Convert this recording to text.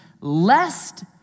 lest